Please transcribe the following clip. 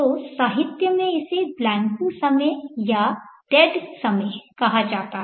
तो साहित्य में इसे ब्लैंकिंग समय या डेड समय कहा जाता है